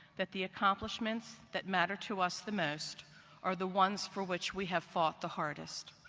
that the accomplishments that matter to us the most are the ones for which we have fought the hardest.